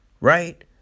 right